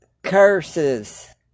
curses